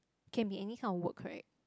can be any kind of work right